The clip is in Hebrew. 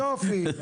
יופי,